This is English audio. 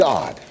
God